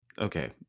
Okay